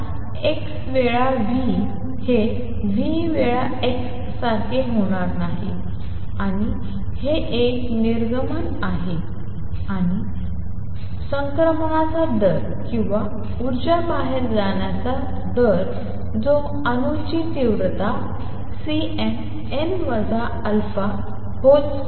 आता x वेळा v हे v वेळा x सारखे होणार नाही आणि हे एक निर्गमन होते आणि संक्रमणाचा दर किंवा उर्जा बाहेर येण्याचा दर जो अणूची तीव्रता ।Cnn α।2